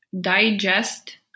digest